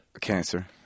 Cancer